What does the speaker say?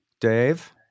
Dave